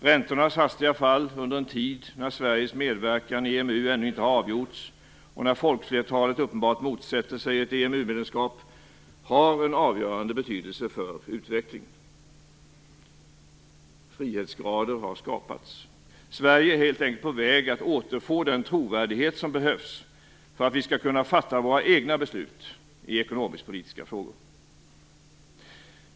Räntornas hastiga fall under en tid när Sveriges medverkan i EMU ännu inte har avgjorts, och när folkflertalet uppenbarligen motsätter sig ett EMU-medlemskap, har en avgörande betydelse för utvecklingen. Frihetsgrader har skapats. Sverige är helt enkelt på väg att återfå den trovärdighet som behövs för att vi i vårt land skall kunna fatta våra egna beslut i ekonomiskpolitiska frågor.